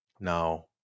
Now